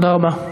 תודה רבה.